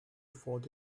thought